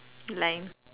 line